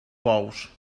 bous